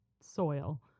soil